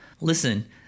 Listen